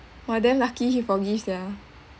!wah! damn lucky he forgive sia